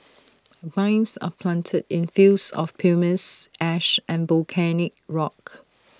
vines are planted in fields of pumice ash and volcanic rock